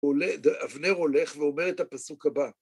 הוא הול... אבנר הולך ואומר את הפסוק הבא: